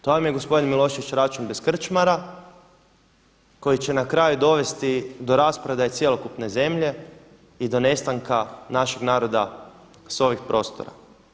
To vam je gospodine Milošević račun bez krčmara koji će na kraju dovesti do rasprodaje cjelokupne zemlje i do nestanka našeg naroda s ovih prostora.